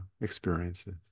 experiences